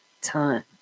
time